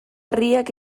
herriak